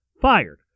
fired